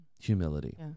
humility